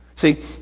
See